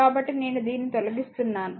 కాబట్టి నేను దీన్ని తొలగిస్తున్నాను